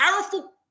powerful